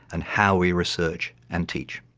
and how we research and teach.